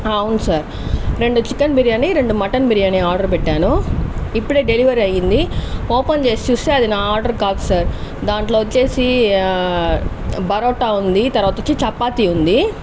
అవును సార్ రెండు చికెన్ బిర్యానీ రెండు మటన్ బిర్యానీ ఆర్డర్ పెట్టాను ఇప్పుడే డెలివరీ అయింది ఓపెన్ చేసి చూస్తే అది నా ఆర్డర్ కాదు సార్ దాంట్లో వచ్చేసి పరోట ఉంది మళ్ళీ వచ్చేసి చపాతి ఉంది